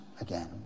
again